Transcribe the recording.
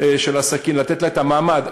של העסקים, לתת לה את המעמד.